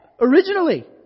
originally